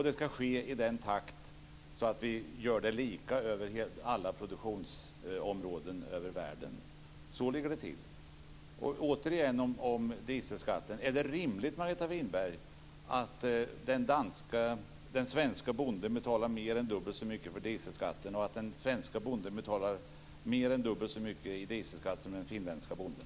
Det ska ske i en sådan takt att det blir lika i alla produktionsområden i världen. Så ligger det till. Så vill jag återigen fråga om dieselskatten. Är det rimligt, Margareta Winberg, att den svenske bonden betalar mer än dubbelt så mycket i dieselskatt som den finländske bonden?